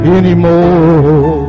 anymore